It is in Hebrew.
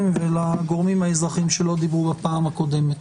ולגורמים האזרחיים שלא דיברו בפעם הקודמת.